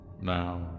Now